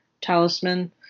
talisman